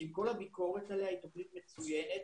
שעם כל הביקורת עליה היא תוכנית מצוינת